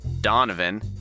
Donovan